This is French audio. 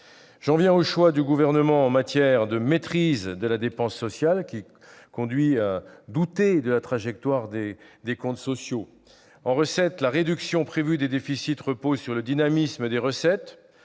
maintenant aux choix du Gouvernement en matière de maîtrise de la dépense sociale, qui conduisent à douter de la trajectoire annoncée des comptes sociaux. En recettes, la réduction prévue des déficits repose sur le dynamisme des recettes,